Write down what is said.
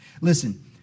Listen